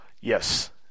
Yes